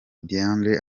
diendéré